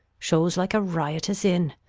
shows like a riotous inn.